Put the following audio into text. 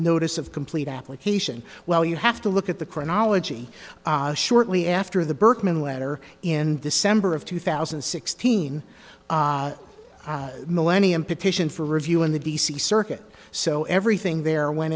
notice of complete application well you have to look at the chronology shortly after the berkman letter in december of two thousand and sixteen millennium petition for review in the d c circuit so everything there went